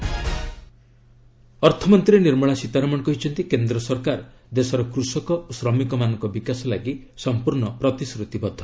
FM budget ଅର୍ଥମନ୍ତ୍ରୀ ନିର୍ମଳା ସୀତାରମଣ କହିଛନ୍ତି କେନ୍ଦ୍ର ସରକାର ଦେଶର କୃଷକ ଓ ଶ୍ରମିକମାନଙ୍କ ବିକାଶ ଲାଗି ସମ୍ପୂର୍ଣ୍ଣ ପ୍ରତିଶ୍ରତିବଦ୍ଧ